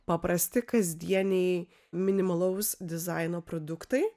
paprasti kasdieniai minimalaus dizaino produktai